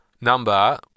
number